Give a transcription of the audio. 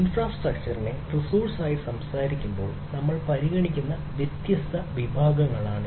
ഇൻഫ്രാസ്ട്രക്ചറിനെ റിസോഴ്സായി സംസാരിക്കുമ്പോൾ നമ്മൾ പരിഗണിക്കുന്ന വ്യത്യസ്ത വിഭാഗങ്ങളാണിവ